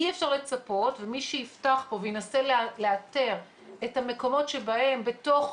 אי אפשר לצפות ומי שיפתח וינסה לאתר את המקומות שבהם בתוך